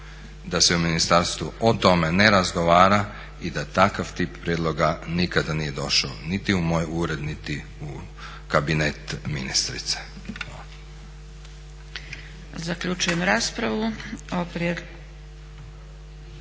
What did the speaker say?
da se u ministarstvu o tome ne razgovara i da takav tip prijedloga nikada nije došao niti u moj ured niti u kabinet ministrice.